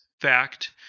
fact